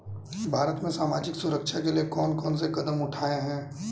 भारत में सामाजिक सुरक्षा के लिए कौन कौन से कदम उठाये हैं?